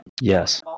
Yes